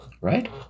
Right